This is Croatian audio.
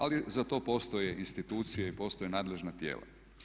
Ali za to postoje institucije i postoje nadležna tijela.